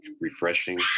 refreshing